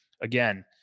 Again